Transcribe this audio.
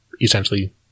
essentially